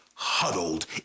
Huddled